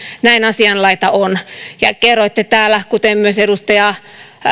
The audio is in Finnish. näin asianlaita on ja kerroitte täällä kuten myös edustaja